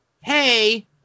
Hey